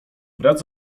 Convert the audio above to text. brat